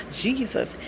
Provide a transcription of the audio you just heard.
Jesus